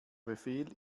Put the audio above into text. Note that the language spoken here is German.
befehl